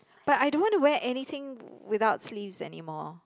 but I don't want to wear anything without sleeves anymore